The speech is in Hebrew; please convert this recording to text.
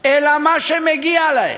אלא מה שמגיע להם,